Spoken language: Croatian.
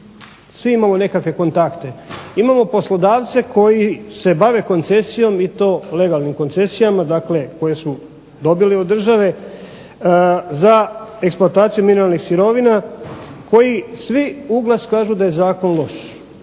svi imamo nekakve kontakte. Imamo poslodavce koji se bave koncesijom i to legalnim koncesijama dakle koje su dobili od države za eksploataciju mineralnih sirovina koji svi u glas kažu da je zakon loš.